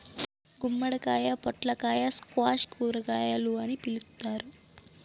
గుమ్మడికాయ, పొట్లకాయలను స్క్వాష్ కూరగాయలు అని పిలుత్తారు